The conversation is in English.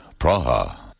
Praha